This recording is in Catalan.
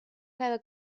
cada